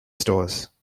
stores